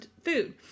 food